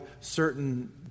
certain